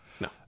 no